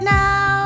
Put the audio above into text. now